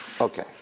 Okay